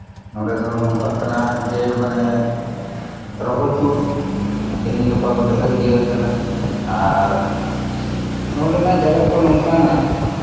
ᱱᱚᱰᱮ ᱫᱚ ᱱᱚᱝᱠᱟᱜ ᱠᱟᱱᱟ ᱡᱮ ᱢᱟᱱᱮ ᱨᱚᱦᱚᱭ ᱛᱩᱫ ᱛᱮᱦᱮᱧ ᱜᱟᱯᱟ ᱫᱚ ᱰᱷᱮᱨ ᱤᱭᱟᱹᱣ ᱠᱟᱱᱟ ᱟᱨ ᱱᱚᱰᱮᱱᱟᱜ ᱡᱟᱭᱜᱟ ᱠᱚ ᱱᱚᱝᱠᱟᱱᱟ